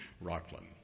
Rockland